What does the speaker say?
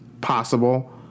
possible